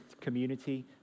community